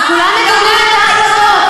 וכולם מקבלים את ההחלטות.